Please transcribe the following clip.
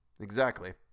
Exactly